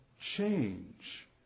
change